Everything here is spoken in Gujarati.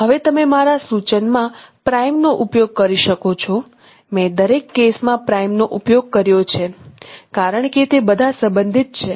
હવે તમે મારા સૂચનમાં પ્રાઇમ ' નો ઉપયોગ કરી શકો છો મેં દરેક કેસમાં પ્રાઇમ ' નો ઉપયોગ કર્યો છે કારણ કે તે બધા સંબંધિત છે